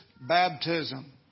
baptism